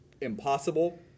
impossible